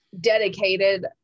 dedicated